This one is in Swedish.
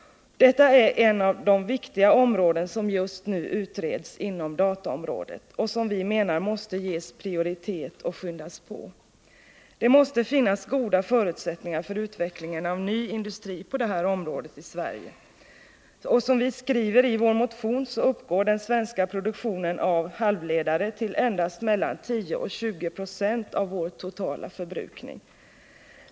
Detta är ett av de viktiga avsnitt som just nu utreds inom dataområdet och som vi menar måste ges prioritet och skyndas på. Det måste finnas goda förutsättningar för utvecklingen av ny industri på detta område i Sverige. Som vi skriver i vår motion, så uppgår den svenska produktionen av halvledare till endast mellan 10 och 20 96 av vår totala förbrukning.